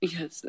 Yes